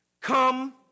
come